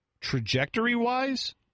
Trajectory-wise